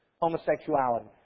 homosexuality